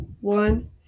one